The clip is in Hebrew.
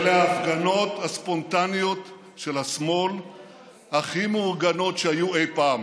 אלה ההפגנות הספונטניות של השמאל הכי מאורגנות שהיו אי-פעם,